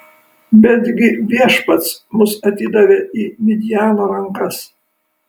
betgi viešpats mus atidavė į midjano rankas